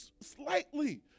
slightly